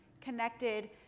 connected